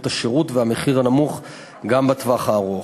השירות ואת המחיר הנמוך גם בטווח הארוך.